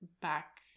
back